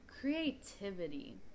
creativity